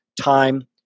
time